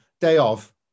day-of